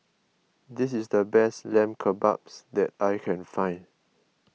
this is the best Lamb Kebabs that I can find